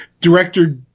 Director